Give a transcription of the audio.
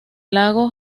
lago